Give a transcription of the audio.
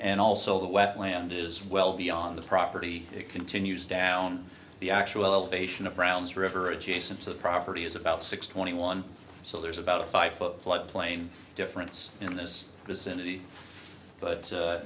and also the wetland is well beyond the property continues down the actual elevation of browns river adjacent to the property is about six twenty one so there's about a five foot floodplain difference in this vicinity but